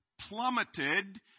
plummeted